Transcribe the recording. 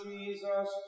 Jesus